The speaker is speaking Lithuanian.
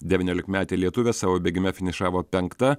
devyniolikmetė lietuvė savo bėgime finišavo penkta